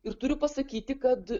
ir turiu pasakyti kad